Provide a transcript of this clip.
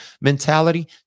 mentality